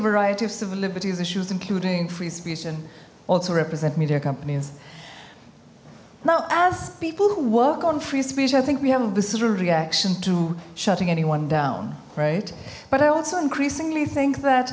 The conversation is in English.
variety of civil liberties issues including free speech and also represent media companies now as people who work on free speech i think we have a visceral reaction to shutting anyone down right but i also increasingly think that